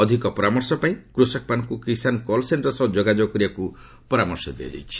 ଅଧିକ ପରାମର୍ଶ ପାଇଁ କୃଷକମାନଙ୍କୁ କିଷାନ କଲ୍ ସେଣ୍ଟର ସହ ଯୋଗାଯୋଗ କରିବାକୁ ପରାମର୍ଶ ଦିଆଯାଇଛି